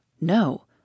no